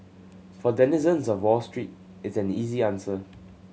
for denizens of Wall Street it's an easy answer